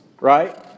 Right